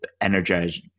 energize